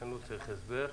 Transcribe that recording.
לכן לא צריך הסבר.